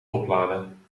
opladen